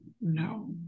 no